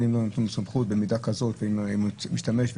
באיזו מידה היא תהיה,